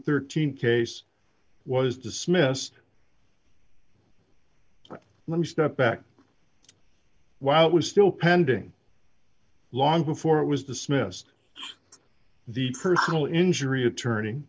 thirteen case was dismissed and let me step back while it was still pending long before it was dismissed the personal injury a turn